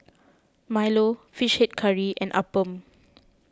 Milo Fish Head Curry and Appam